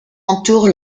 entoure